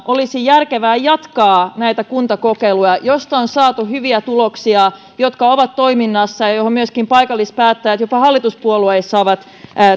olisi järkevää jatkaa näitä kuntakokeiluja joista on saatu hyviä tuloksia ja jotka ovat toiminnassa ja joihin myöskin paikallispäättäjät jopa hallituspuolueissa ovat